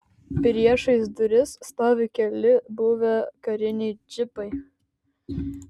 priešais duris stovi keli buvę kariniai džipai